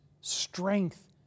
strength